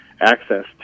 access